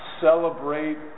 celebrate